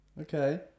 Okay